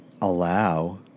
allow